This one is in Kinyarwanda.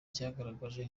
cyagaragajwe